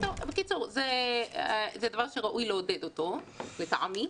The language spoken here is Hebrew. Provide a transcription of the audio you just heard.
זה דבר שראוי לעודד אותו, לטעמי,